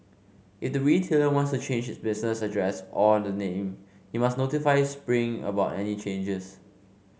it the retailer wants to change business address or the name he must notify spring about any changes